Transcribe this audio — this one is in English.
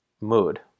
mood